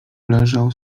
leżał